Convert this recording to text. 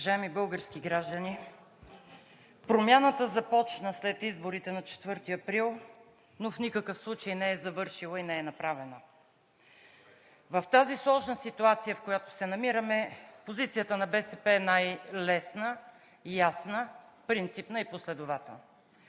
Уважаеми български граждани, промяната започна след изборите на 4 април, но в никакъв случай не е завършила и не е направена. В тази сложна ситуация, в която се намираме, позицията на БСП е най-лесна, ясна, принципна и последователна.